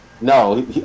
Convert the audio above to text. No